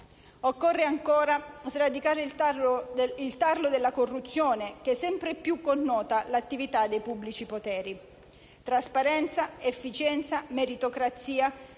Occorre, ancora, sradicare il tarlo della corruzione, che sempre più connota l'attività dei pubblici poteri. Trasparenza, efficienza e meritocrazia